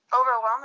overwhelming